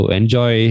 enjoy